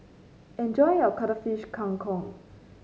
enjoy your Cuttlefish Kang Kong